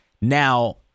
Now